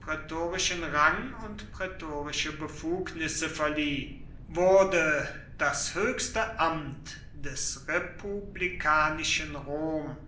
prätorischen rang und prätorische befugnisse verlieh wurde das höchste amt des republikanischen rom